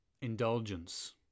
Indulgence